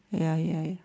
ya ya ya